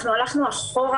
אנחנו הלכנו אחורה.